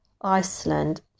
Iceland